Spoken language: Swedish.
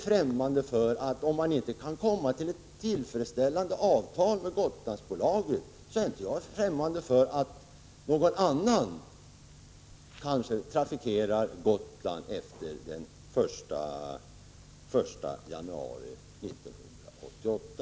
Om vi inte kan få ett tillfredsställande avtal med Gotlandsbolaget är jag inte främmande för att avtal träffas med någon annan som kan sköta Gotlandstrafiken efter den 1 januari 1988.